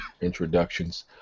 introductions